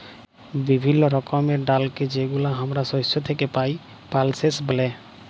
বিভিল্য রকমের ডালকে যেগুলা হামরা শস্য থেক্যে পাই, পালসেস ব্যলে